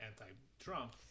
anti-Trump